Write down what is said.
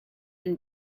and